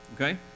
Okay